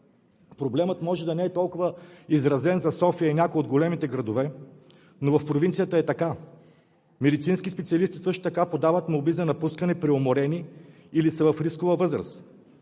Проблемът може да не е толкова изразен за София и някои от големите градове, но в провинцията е така. Медицински специалисти също така подават молби за напускане – преуморени или са в рискова възраст.